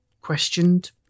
questioned